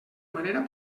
manera